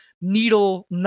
needle